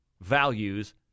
values